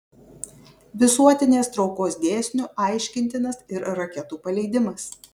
visuotinės traukos dėsniu aiškintinas ir raketų paleidimas